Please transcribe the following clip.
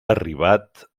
arribat